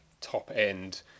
top-end